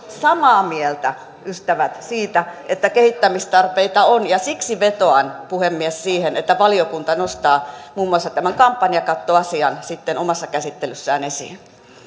samaa mieltä ystävät siitä että kehittämistarpeita on siksi vetoan puhemies siihen että valiokunta nostaa muun muassa tämän kampanjakattoasian sitten omassa käsittelyssään esiin